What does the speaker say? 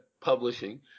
Publishing